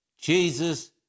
Jesus